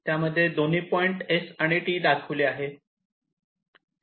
त्यामध्ये दोन्ही point S आणि T दाखविले आहेत